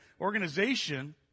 organization